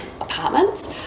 apartments